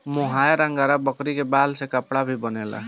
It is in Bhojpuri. मोहायर अंगोरा बकरी के बाल से कपड़ा भी बनेला